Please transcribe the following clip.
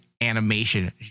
animation